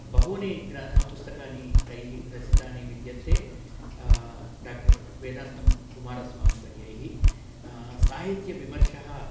बहूनि ग्रा पुस्तकानि तैः रचितानि विद्यन्ते डा कुमारस्वामीवर्यैः साहित्यविमर्शः